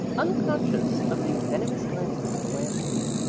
unconscious of the venomous glances of the landlady.